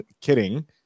kidding